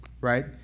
Right